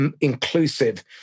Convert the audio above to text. inclusive